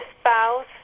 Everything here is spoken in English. spouse